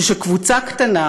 שקבוצה קטנה,